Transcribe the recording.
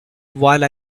while